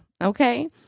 Okay